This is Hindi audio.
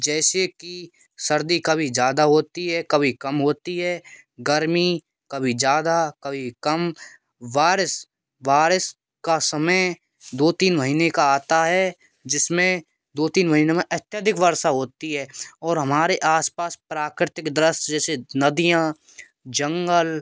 जैसे कि सर्दी कभी ज़्यादा होती है कभी कम होती है गर्मी कभी ज़्यादा कभी कम बारिश वारिस वारिस का समय दो तीन महीने का आता है जिसमें दो तीन महीने में अत्यधिक वर्षा होती है और हमारे आस पास प्राकृतिक दृश्य जैसे नदियाँ जंगल